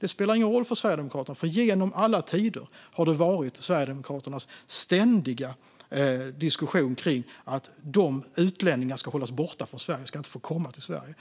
000 spelar ingen roll för Sverigedemokraterna. Genom alla tider har det varit Sverigedemokraternas ständiga ingång i diskussionen att utlänningar ska hållas borta från Sverige. De ska inte få komma till Sverige.